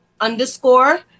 underscore